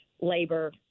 labor